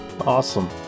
Awesome